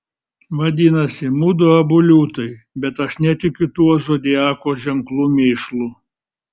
vadinasi mudu abu liūtai bet aš netikiu tuo zodiako ženklų mėšlu